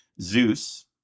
Zeus